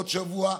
עוד שבוע,